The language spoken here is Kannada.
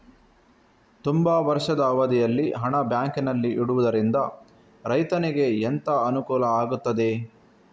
ತುಂಬಾ ವರ್ಷದ ಅವಧಿಯಲ್ಲಿ ಹಣ ಬ್ಯಾಂಕಿನಲ್ಲಿ ಇಡುವುದರಿಂದ ರೈತನಿಗೆ ಎಂತ ಅನುಕೂಲ ಆಗ್ತದೆ?